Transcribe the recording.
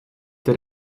der